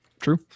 True